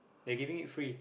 they give me free